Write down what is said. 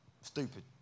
Stupid